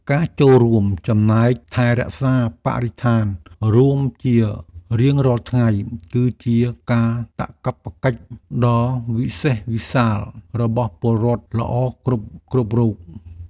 ការចូលរួមចំណែកថែរក្សាបរិស្ថានរួមជារៀងរាល់ថ្ងៃ គឺជាកាតព្វកិច្ចដ៏វិសេសវិសាលរបស់ពលរដ្ឋល្អគ្រប់ៗរូប។